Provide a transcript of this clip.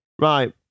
Right